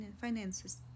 finances